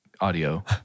audio